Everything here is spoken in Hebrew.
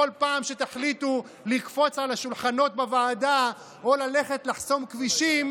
כל פעם שתחליטו לקפוץ על השולחנות בוועדה או ללכת לחסום כבישים,